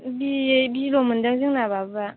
बि बिल' मोनदों जोंना बाबुआ